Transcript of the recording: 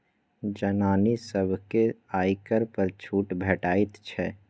जनानी सभकेँ आयकर पर छूट भेटैत छै